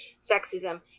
sexism